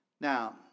now